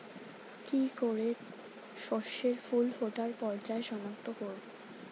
কি করে শস্যের ফুল ফোটার পর্যায় শনাক্ত করব?